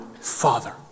Father